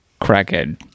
crackhead